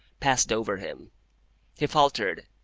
passed over him he faltered,